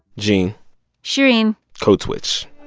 gene shereen code switch